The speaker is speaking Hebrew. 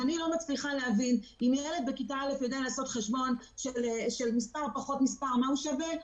אם ילד בכיתה א' יודע לעשות חשבון של מספר פחות מספר מה הוא שווה,